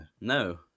No